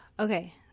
Okay